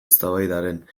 eztabaidaren